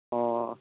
ꯑꯣ